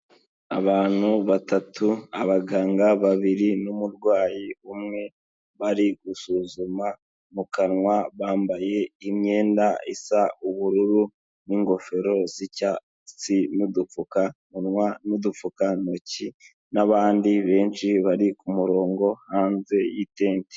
Abantu batatu, abaganga babiri n'umurwayi umwe, bari gusuzuma mu kanwa bambaye imyenda isa ubururu n'ingofero z'icyatsi n'udupfukamunwa n'udupfukantoki n'abandi benshi bari ku murongo hanze y'itenti.